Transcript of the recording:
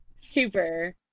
Super